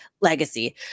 legacy